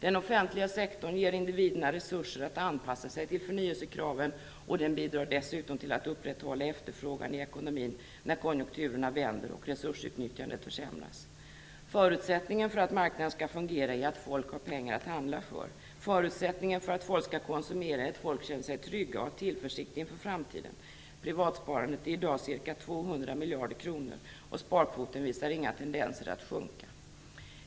Den offentliga sektorn ger individerna resurser att anpassa sig till förnyelsekraven, och den bidrar dessutom till att upprätthålla efterfrågan i ekonomin när konjunkturerna vänder och resursutnyttjandet försämras. Förutsättningen för att marknaden skall fungera är att folk har pengar att handla för. Förutsättningen för att människor skall konsumera är att de känner sig trygga och har tillförsikt inför framtiden. Privatsparandet är i dag ca 200 miljarder kronor, och sparkvoten visar inga tendenser att sjunka.